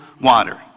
water